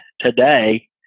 today